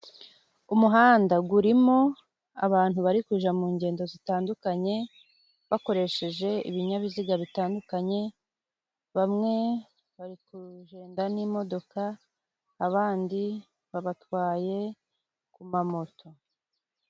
Umuhanda gurimo abantu barikuja mu ngendo zitandukanye bakoresheje ibinyabiziga bitandukanye ,bamwe bari kugenda n'imodoka abandi babatwaye ku mamoto.